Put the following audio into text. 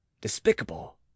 despicable